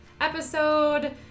episode